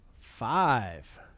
five